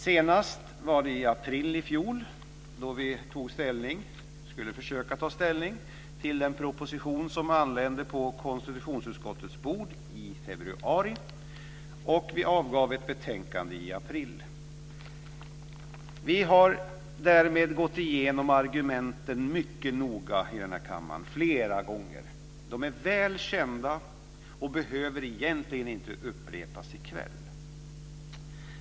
Senast var det i april i fjol, då vi tog ställning, försökte ta ställning, till den proposition som anlände på konstitutionsutskottets bord i februari. Vi avgav ett betänkande i april. Vi har därmed gått igenom argumenten mycket noga i denna kammare flera gånger. De är väl kända och behöver egentligen inte upprepas i kväll.